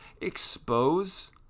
expose